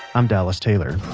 i'm dallas taylor.